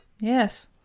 Yes